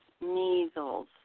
measles